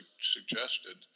suggested